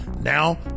Now